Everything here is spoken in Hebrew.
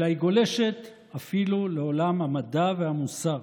אלא היא גולשת אפילו לעולם המדע והמוסר,